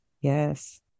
yes